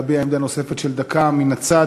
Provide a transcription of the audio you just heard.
להביע עמדה נוספת של דקה מן הצד.